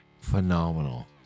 phenomenal